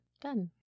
done